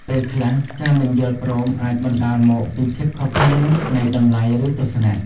ពេលខ្លះ ការមិនយល់ព្រមអាចបណ្តាលមកពីភាពខុសគ្នានៃតម្លៃ ឬទស្សនៈ។